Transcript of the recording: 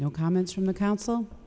no comments from the council